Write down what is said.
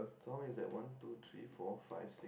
sorry that's one two three four five